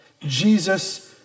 Jesus